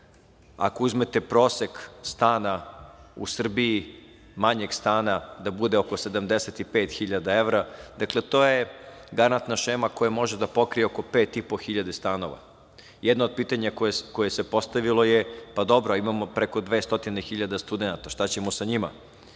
Ako uzmete prosek manjeg stana u Srbiji da bude oko 75.000 evra, to je garanta šema koja može da pokrije oko 5.500 stanova. Jedno od pitanje koje se postavilo je da imamo preko 200.000 studenata, šta ćemo sa njima. Moj